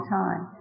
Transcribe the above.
time